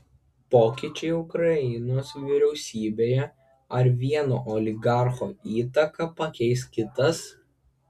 pokyčiai ukrainos vyriausybėje ar vieno oligarcho įtaką pakeis kitas